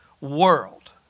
world